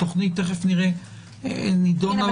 התוכנית נידונה במליאה.